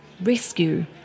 rescue